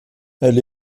elle